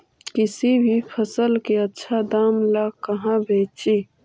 किसी भी फसल के आछा दाम ला कहा बेची?